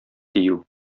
тию